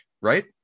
right